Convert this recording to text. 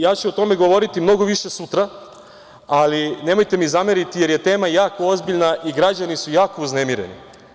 Ja ću o tome govoriti mnogo više sutra, ali nemojte mi zameriti jer je tema jako ozbiljna i građani su jako uznemireni.